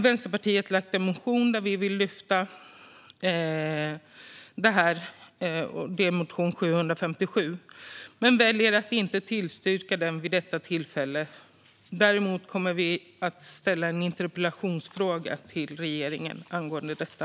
Vänsterpartiet har därför en reservation där vi vill lyfta upp motion 757, men vi väljer att inte yrka bifall till den vid detta tillfälle. Däremot kommer vi att ställa en interpellation till regeringen angående detta.